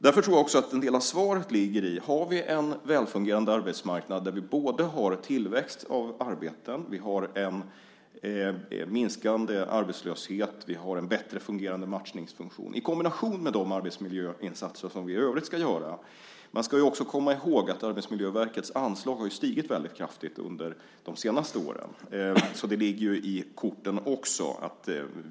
Därför tror jag också att en del av svaret ligger i att ha en välfungerande arbetsmarknad, där vi både har tillväxt av arbeten, en minskande arbetslöshet och en bättre fungerande matchningsfunktion, i kombination med de arbetsmiljöinsatser som vi i övrigt ska göra. Man ska också komma ihåg att Arbetsmiljöverkets anslag har stigit väldigt kraftigt under de senaste åren. Så det ligger i korten också.